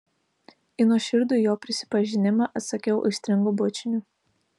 į nuoširdų jo prisipažinimą atsakiau aistringu bučiniu